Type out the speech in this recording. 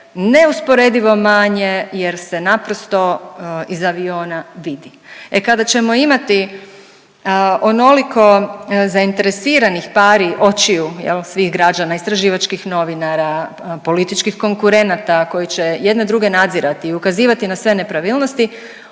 neusporedivo manje jer se naprosto iz aviona vidi. E kada ćemo imati onoliko zainteresiranih pari očiju jel' svih građana, istraživačkih novinara, političkih konkurenata koji će jedni druge nadzirati i ukazivati na sve nepravilnosti